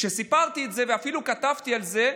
כשסיפרת את זה ואפילו כתבתי על זה,